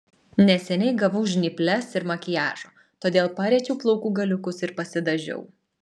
neseniai gavau žnyples ir makiažo todėl pariečiau plaukų galiukus ir pasidažiau